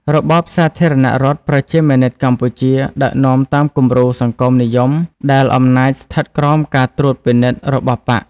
របបសាធារណរដ្ឋប្រជាមានិតកម្ពុជា ដឹកនាំតាមគំរូសង្គមនិយមដែលអំណាចស្ថិតក្រោមការត្រួតពិនិត្យរបស់បក្ស។